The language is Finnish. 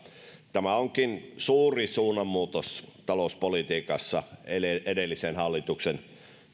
tämä onkin suuri suunnanmuutos talouspolitiikassa edellisen hallituksen